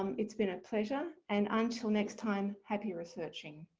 um it's been a pleasure and until next time happy researching.